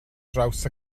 draws